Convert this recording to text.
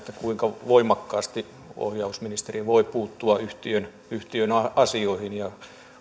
kuinka voimakkaasti ohjausministeri voi puuttua yhtiön yhtiön asioihin ja